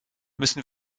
müssen